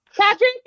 Patrick